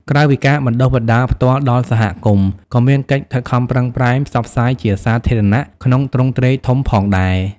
ក្រៅពីការបណ្ដុះបណ្ដាលផ្ទាល់ដល់សហគមន៍ ក៏មានកិច្ចខិតខំប្រឹងប្រែង ផ្សព្វផ្សាយជាសាធារណៈ ក្នុងទ្រង់ទ្រាយធំផងដែរ។